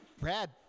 Brad